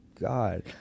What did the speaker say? god